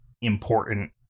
important